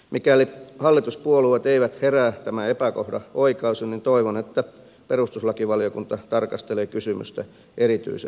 mikäli hallituspuolueet eivät herää tämän epäkohdan oikaisuun niin toivon että perustuslakivaliokunta tarkastelee kysymystä erityisen huolellisesti